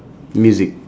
music